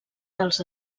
dels